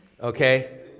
okay